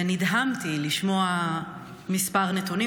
ונדהמתי לשמוע מספר נתונים.